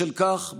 בשל כך,